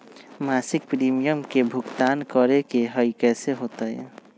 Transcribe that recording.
मासिक प्रीमियम के भुगतान करे के हई कैसे होतई?